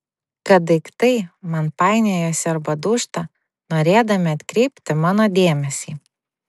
kad daiktai man painiojasi arba dūžta norėdami atkreipti mano dėmesį